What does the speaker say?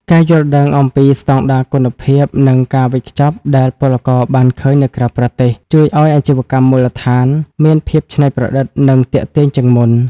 ការយល់ដឹងអំពីស្ដង់ដារគុណភាព និងការវេចខ្ចប់ដែលពលករបានឃើញនៅក្រៅប្រទេស ជួយឱ្យអាជីវកម្មមូលដ្ឋានមានភាពច្នៃប្រឌិត និងទាក់ទាញជាងមុន។